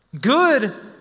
good